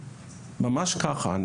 ממש ככה,